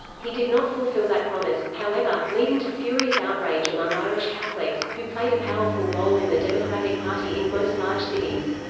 he did not fulfill that promise, however, leading to furious outrage among irish catholics, who played a powerful role in the democratic party in most large cities.